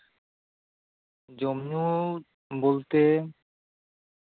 ᱡᱚᱢᱧᱩ ᱵᱚᱞᱛᱮ